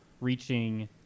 reaching